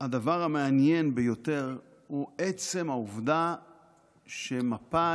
הדבר המעניין ביותר הוא עצם העובדה שמפא"י,